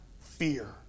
fear